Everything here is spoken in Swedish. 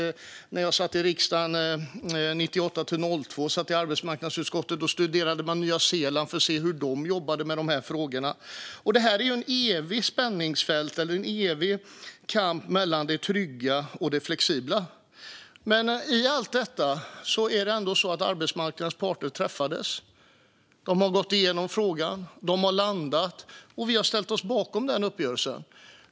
När jag satt i riksdagen 1998-2002 satt jag i arbetsmarknadsutskottet. Då studerade man Nya Zeeland för att se hur man jobbade med de här frågorna där. Det är ett evigt spänningsfält eller en evig kamp mellan det trygga och det flexibla. Men i allt detta är det ändå så att arbetsmarknadens parter har träffats. De har gått igenom frågan och landat i en uppgörelse, och vi har ställt oss bakom den uppgörelsen.